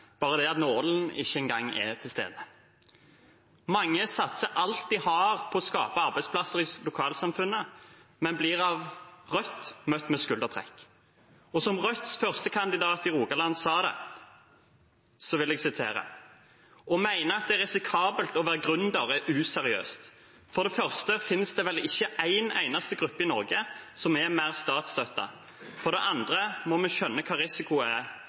bare det at nålen ikke engang er til stede. Mange satser alt de har på å skape arbeidsplasser i lokalsamfunnet, men blir av Rødt møtt med et skuldertrekk. Som Rødts førstekandidat i Rogaland sa det: «Å mene at det er risikabelt å være gründer, er useriøst. For det første finnes det vel ikke én eneste gruppe i Norge som er mer statsstøtta. For det andre må vi skjønne hva risiko er: